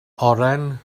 oren